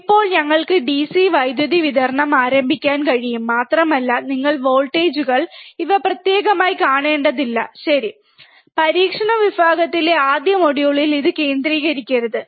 ഇപ്പോൾ ഞങ്ങൾക്ക് ഡിസി വൈദ്യുതി വിതരണം ആരംഭിക്കാൻ കഴിയും മാത്രമല്ല നിങ്ങൾ വോൾട്ടേജുകൾ ഇവ പ്രത്യേകമായി കാണേണ്ടതില്ല ശരി പരീക്ഷണ വിഭാഗത്തിലെ ആദ്യ മൊഡ്യൂളിൽ ഇത് കേന്ദ്രീകരിക്കരുത്